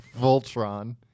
Voltron